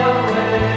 away